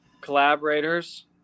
collaborators